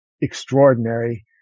extraordinary